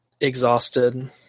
exhausted